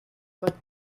but